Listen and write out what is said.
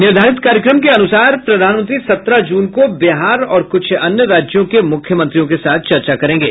निर्धारित कार्यक्रम के अनुसार प्रधानमंत्री सत्रह जून को बिहार और कुछ अन्य राज्यों के मुख्यमंत्रियों के साथ चर्चा करेंगे